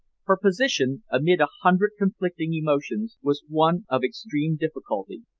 her position, amid a hundred conflicting emotions, was one of extreme difficulty.